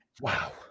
Wow